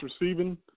receiving